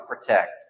protect